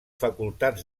facultats